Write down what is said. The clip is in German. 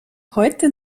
heute